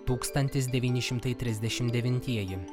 tūkstantis devyni šimtai trisdešim devintieji